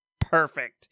perfect